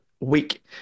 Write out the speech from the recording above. week